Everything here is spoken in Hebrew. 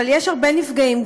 אבל יש הרבה נפגעים,